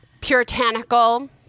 puritanical